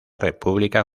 república